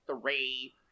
three